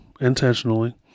intentionally